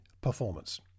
performance